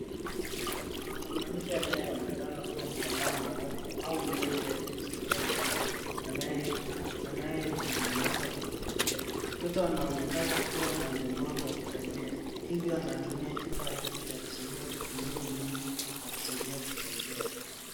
Kuna mwanamke anayeonekana kuwa mtaalamu wa afya au mlezi, akimsaidia mtoto anayejiimarisha kutembea. Mtoto anaonekana kuwa na ulemavu wa kutembea, hivyo anatumia kifaa hiki cha kusaidia kuhimili mwili na kusaidia kusogea.